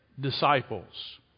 disciples